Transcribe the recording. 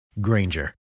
Granger